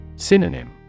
Synonym